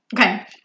okay